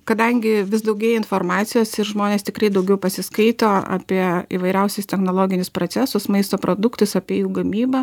kadangi vis daugėja informacijos ir žmonės tikrai daugiau pasiskaito apie įvairiausius technologinius procesus maisto produktus apie jų gamybą